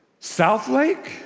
Southlake